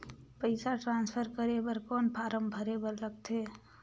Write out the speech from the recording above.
पईसा ट्रांसफर करे बर कौन फारम भरे बर लगथे?